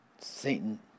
Satan